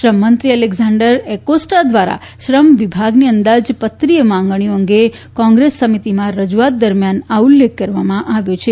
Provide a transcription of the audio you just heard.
શ્રમ મંત્રી Alexander Acosta દ્વારા શ્રમ વિભાગની અંદાજપત્રીત માગણીઓ અંગે કોંગ્રેસ સમિતિમાં રજૂઆત દરમિયાન આ ઉલ્લેખ કરવામાં આવ્યો છે